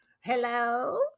hello